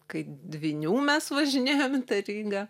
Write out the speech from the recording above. kai dvynių mes važinėjom į tą rygą